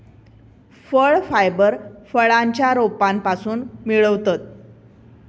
फळ फायबर फळांच्या रोपांपासून मिळवतत